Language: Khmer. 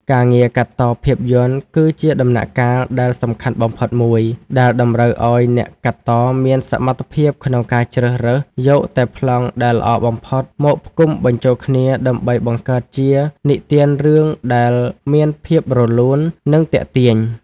ការងារកាត់តភាពយន្តគឺជាដំណាក់កាលដែលសំខាន់បំផុតមួយ ដែលតម្រូវឱ្យអ្នកកាត់តមានសមត្ថភាពក្នុងការជ្រើសរើសយកតែប្លង់ដែលល្អបំផុតមកផ្គុំបញ្ចូលគ្នាដើម្បីបង្កើតជានិទានរឿងដែលមានភាពរលូន និងទាក់ទាញ។